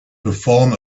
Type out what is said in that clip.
perform